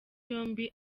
yombi